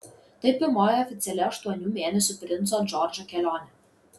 tai pirmoji oficiali aštuonių mėnesių princo džordžo kelionė